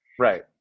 Right